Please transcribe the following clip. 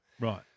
Right